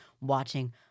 watching